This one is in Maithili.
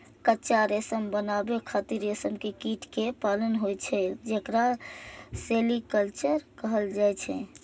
कच्चा रेशम बनाबै खातिर रेशम के कीट कें पालन होइ छै, जेकरा सेरीकल्चर कहल जाइ छै